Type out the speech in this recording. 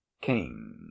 king